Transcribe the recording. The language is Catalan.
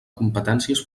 competències